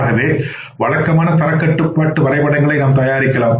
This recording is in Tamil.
ஆகவே வழக்கமான தரக் கட்டுப்பாட்டு வரைபடங்களை நாம் தயாரிக்கலாம்